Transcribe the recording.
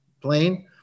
plane